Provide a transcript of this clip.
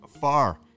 far